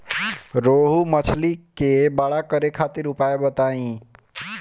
रोहु मछली के बड़ा करे खातिर उपाय बताईं?